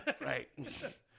Right